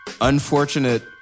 unfortunate